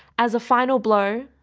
as a final blow,